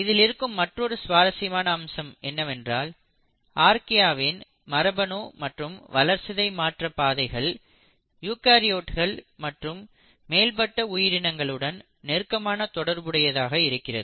இதில் இருக்கும் மற்றொரு சுவாரசியமான அம்சம் என்னவென்றால் ஆர்கியாவின் மரபணு மற்றும் வளர்சிதை மாற்ற பாதைகள் யூகரியோட்ஸ் மற்றும் மேல்மட்ட உயிரினங்களுடன் நெருக்கமான தொடர்புடையதாக இருக்கிறது